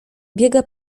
biega